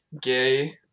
gay